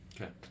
Okay